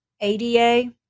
ADA